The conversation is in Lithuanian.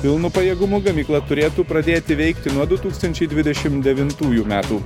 pilnu pajėgumu gamykla turėtų pradėti veikti nuo du tūkstančiai dvidešimt devintųjų metų